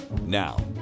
Now